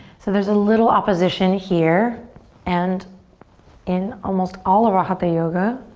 so there's a little opposition here and in almost all of our hatha yoga.